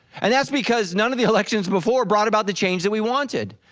and that's because none of the elections before brought about the change that we wanted.